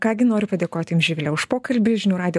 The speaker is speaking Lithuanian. ką gi noriu padėkot jums živile už pokalbį žinių radijo